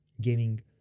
gaming